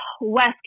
West